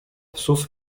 psów